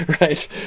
right